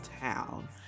town